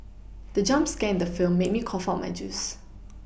the jump scare in the film made me cough out my juice